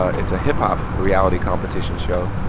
ah it's a hip-hop reality competition show.